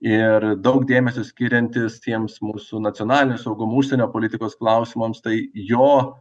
ir daug dėmesio skiriantis tiems mūsų nacionalinio saugumo užsienio politikos klausimams tai jo